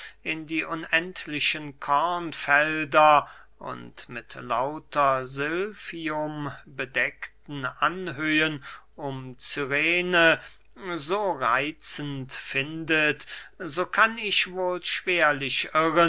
in die unendlichen kornfelder und mit lauter silfium bedeckten anhöhen um cyrene so reitzend findet so kann ich wohl schwerlich